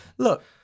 Look